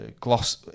Gloss